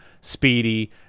speedy